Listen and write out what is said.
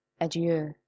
Adieu